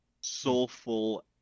soulful